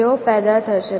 તેઓ પેદા થશે